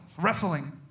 wrestling